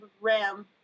RAM